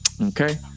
okay